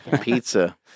Pizza